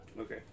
Okay